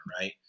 right